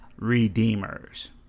redeemers